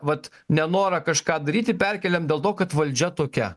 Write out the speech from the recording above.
vat nenorą kažką daryti perkėlėm dėl to kad valdžia tokia